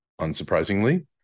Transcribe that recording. unsurprisingly